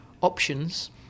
options